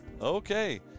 Okay